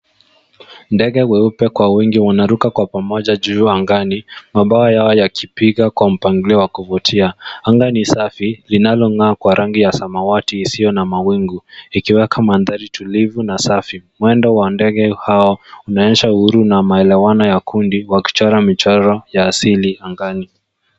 Ndege weupe kwa wingi wanaruka kwa pamoja juu angani, mabawa yao yakipiga kwa mpangilio wa kuvutia. Anga ni safi linalong'aa kwa rangi ya samawati isiyo na mawingu, ikiweka mandhari tulivu na safi. Mwendo wa ndege hao unaonyesha uhuru na maelewano ya kundi wa kuchora michoro ya asili angani.